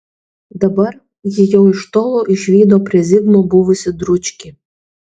dabar ji jau iš tolo išvydo prie zigmo buvusį dručkį